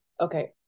Okay